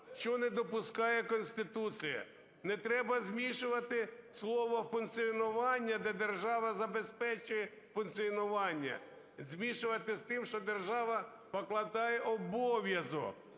що не допускає Конституція. Не треба змішувати слово "функціонування", де держава забезпечує функціонування, змішувати з тим, що держава покладає обов'язок